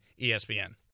ESPN